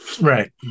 Right